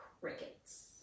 crickets